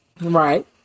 right